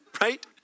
right